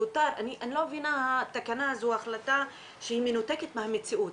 אני לא מבינה את ההחלטה שמנותקת מהמציאות,